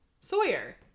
Sawyer